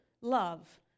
love